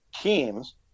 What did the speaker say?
teams